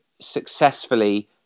successfully